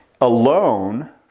alone